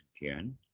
again